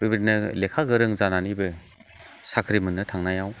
बेबादिनो लेखा गोरों जानानैबो साख्रि मोननो थांनायाव